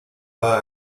war